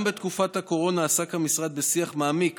גם בתקופת הקורונה עסק המשרד בשיח מעמיק